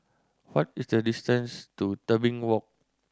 what is the distance to Tebing Walk